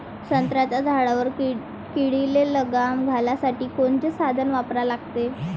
संत्र्याच्या झाडावर किडीले लगाम घालासाठी कोनचे साधनं वापरा लागन?